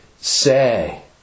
say